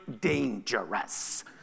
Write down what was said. dangerous